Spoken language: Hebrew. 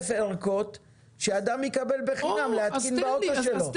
ערכות שאדם יקבל בחינם להתקין באוטו שלו.